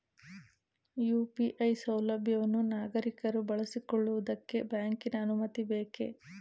UPI ಸೌಲಭ್ಯವನ್ನು ನಾಗರಿಕರು ಬಳಸಿಕೊಳ್ಳುವುದಕ್ಕೆ ಬ್ಯಾಂಕಿನ ಅನುಮತಿ ಬೇಕೇ?